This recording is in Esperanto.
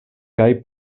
kaj